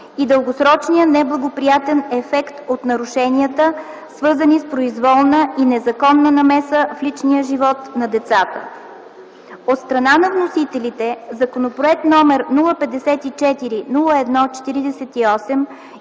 и дългосрочния неблагоприятен ефект от нарушенията, свързани с произволна и незаконна намеса в личния живот на децата. От страна на вносителите, Законопроект № 054-01-48